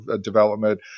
development